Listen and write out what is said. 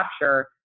capture